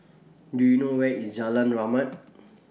Do YOU know Where IS Jalan Rahmat